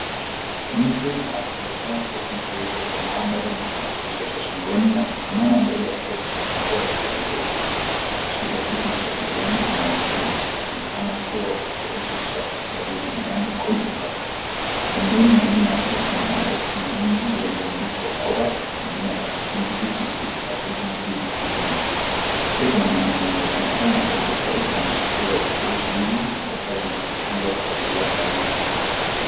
Mtu aliyevaa koti jeupe la maabara na kitambulisho cha shingoni, amesimama mbele ya boxi kubwa la cardboardi akishika kitu cha kijani kinachoonekana kuwa kifurushi cha baridi, yaani cooling pack . Pembeni na nyuma yake kuna maboxi mengi yaliyoandikwa Covax na jina la kampuni, TPC Packaging PVT Limited. Pia kuna maandishi yanayosema time and temperature ikionyesha kuwa vifurushi hivi vinahitaji kuhifadhiwa kwa uangalifu.